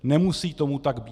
Nemusí tomu tak být.